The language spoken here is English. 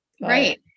Right